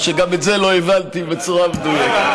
או שגם את זה לא הבנתי בצורה מדויקת.